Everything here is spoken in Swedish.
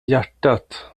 hjärtat